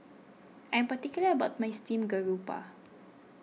I am particular about my Steamed Garoupa